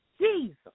Jesus